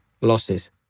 losses